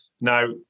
Now